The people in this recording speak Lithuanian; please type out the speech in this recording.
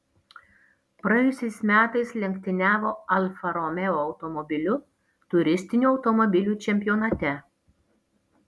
praėjusiais metais lenktyniavo alfa romeo automobiliu turistinių automobilių čempionate